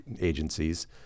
agencies